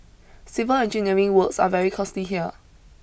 civil engineering works are very costly here